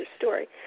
story